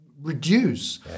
reduce